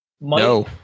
No